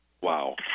Wow